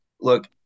look